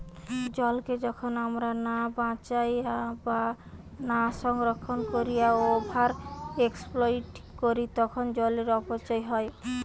জলকে যখন আমরা না বাঁচাইয়া বা না সংরক্ষণ কোরিয়া ওভার এক্সপ্লইট করি তখন জলের অপচয় হয়